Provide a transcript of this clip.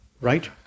right